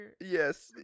Yes